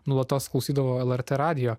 nuolatos klausydavau lrt radijo